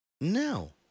No